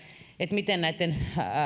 miten näitten